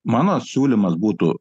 mano siūlymas būtų